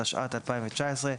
התשע"ט-2018,